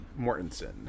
Mortensen